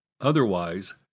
Otherwise